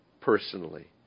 personally